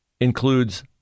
includes